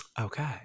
Okay